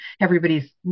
everybody's